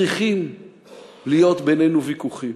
צריכים להיות בינינו ויכוחים.